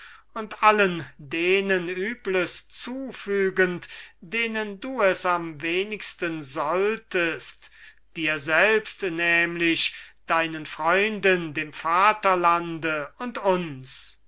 und allen denen übles zufügend denen du es am wenigsten solltest dir selbst nämlich deinen freunden dem vaterlande und uns